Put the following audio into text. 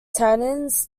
tannins